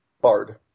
bard